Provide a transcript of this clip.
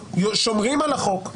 "גזענות,